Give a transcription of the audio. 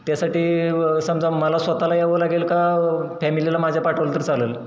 त्यासाठी समजा मला स्वतःला यावं लागेल का फॅमिलीला माझ्या पाठवलं तर चालंल